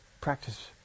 practice